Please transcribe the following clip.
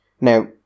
Now